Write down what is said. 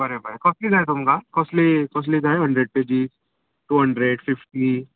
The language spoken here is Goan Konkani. बरें बरें कसली जाय तुमकां कसली कसली जाय hundred pages two hundred fifty